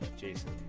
Jason